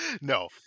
No